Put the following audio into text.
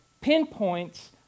pinpoints